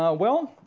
ah well,